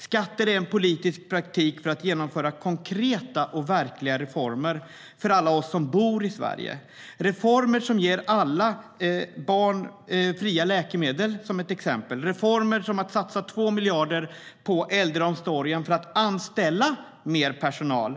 Skatter är en politisk praktik för att genomföra konkreta och verkliga reformer för alla oss som bor i Sverige - till exempel reformer som ger alla barn fria läkemedel, eller reformer där man satsar 2 miljarder på äldreomsorgen för att anställa mer personal.